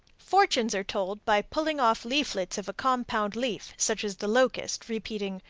fortunes are told by pulling off leaflets of a compound leaf, such as the locust, repeating,